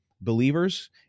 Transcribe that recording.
believers